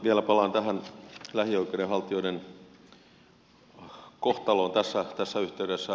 vielä palaan lähioikeuden haltijoiden kohtaloon tässä yhteydessä